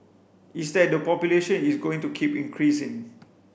it's that the population is going to keep increasing